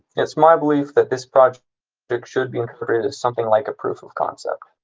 it's my belief that this project should be and as something like a proof of concept.